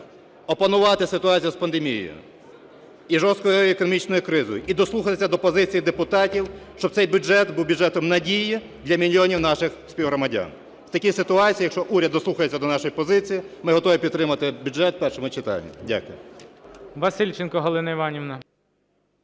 опанувати ситуацію з пандемією і жорсткою економічною кризою, і дослухатися до позиції депутатів, щоб цей бюджет був бюджетом надії для мільйонів наших співгромадян. У такий ситуації, якщо уряд дослухається до наших позицій, ми готові підтримати бюджет у першому читанні. Дякую.